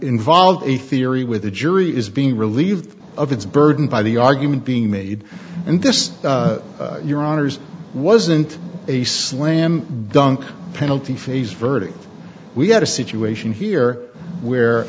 involve a theory with the jury is being relieved of its burden by the argument being made and this is your honour's wasn't a slam dunk penalty phase verdict we had a situation here where